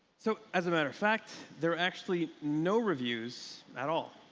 so as a matter of fact, there are actually no reviews at all.